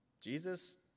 Jesus